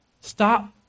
Stop